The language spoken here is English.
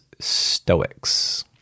Stoics